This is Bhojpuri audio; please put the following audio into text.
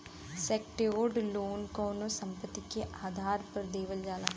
सेक्योर्ड लोन कउनो संपत्ति के आधार पर देवल जाला